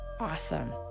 awesome